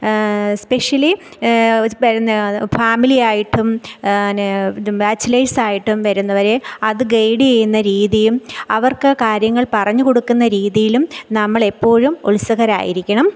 specially വരുന്ന ഫാമിലിയായിട്ടും പിന്നെ ബാച്ചിലേർസായിട്ടും വരുന്നവരെ അത് ഗൈഡ് ചെയ്യുന്ന രീതിയും അവർക്ക് കാര്യങ്ങൾ പറഞ്ഞു കൊടുക്കുന്ന രീതിയിലും നമ്മൾ എപ്പോഴും ഉത്സുഹരായിരിക്കണം